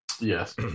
Yes